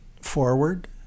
forward